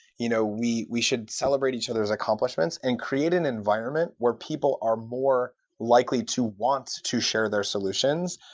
you know we we should celebrate each other s accomplishments and create an environment where people are more likely to want to share their solutions,